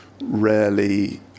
rarely